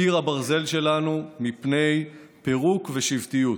קיר הברזל שלנו מפני פירוק ושבטיות.